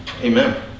Amen